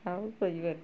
ଆଉ